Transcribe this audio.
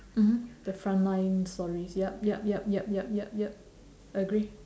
mmhmm the front line stories yup yup yup yup yup yup yup agree